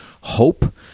Hope